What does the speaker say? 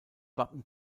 wappen